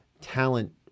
talent